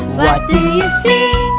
what do you see?